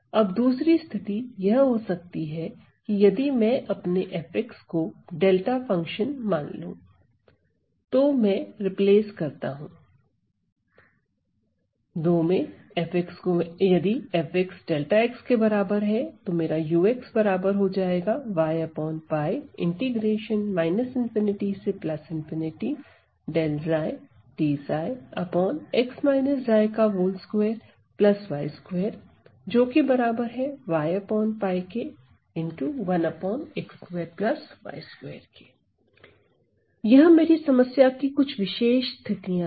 अब दूसरी स्थिति यह हो सकती है कि यदि मैं अपने f को डेल्टा फंक्शन मान लूं तो मैं रिप्लेस करता हूं यह मेरी समस्या की कुछ विशेष स्थितियां हैं